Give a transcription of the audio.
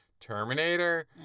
Terminator